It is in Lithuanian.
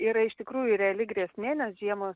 yra iš tikrųjų reali grėsmė nes žiemos